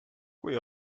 kui